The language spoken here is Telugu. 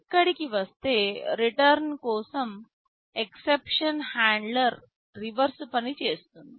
ఇక్కడికి వస్తే రిటర్న్ కోసం ఎక్సెప్షన్ హ్యాండ్లర్ రివర్స్ పని చేస్తుంది